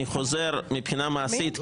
אני חוזר מבחינה מעשית,